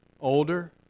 older